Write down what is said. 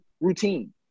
routine